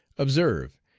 observe,